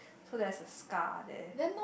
so there's a scar there